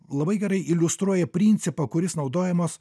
labai gerai iliustruoja principą kuris naudojamas